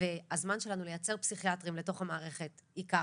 והזמן שלנו לייצר פסיכיאטרים לתוך המערכת ייקח,